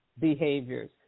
behaviors